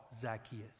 Zacchaeus